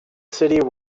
city